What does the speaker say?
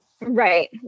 Right